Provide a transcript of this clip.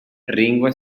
ringo